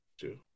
two